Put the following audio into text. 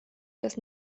dass